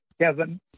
Kevin